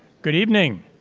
good evening.